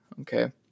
Okay